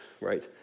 right